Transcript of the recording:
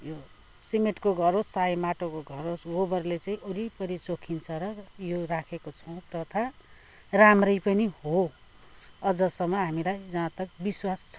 यो सिमेटको घर होस चाहे माटोको घर होस् गोबरले चाहिँ वरिपरि चोखिन्छ र यो राखेको छौँ प्रथा राम्रै पनि हो अझसम्म हामीलाई जहाँतक विश्वास छ